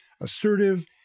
assertive